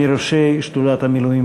מרדכי יוגב,